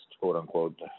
quote-unquote